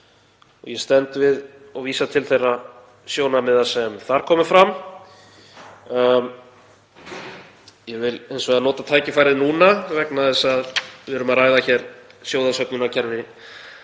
og ég stend við og vísa til þeirra sjónarmiða sem þar komu fram. Ég vil hins vegar nota tækifærið núna, vegna þess að við erum að ræða hér sjóðsöfnunarkerfi